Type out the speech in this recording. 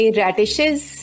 radishes